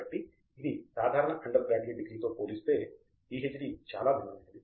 కాబట్టి ఇది సాధారణ అండర్ గ్రాడ్యుయేట్ డిగ్రీ తో పోలిస్తే పీహెచ్డీ చాలా భిన్నమైనది